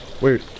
wait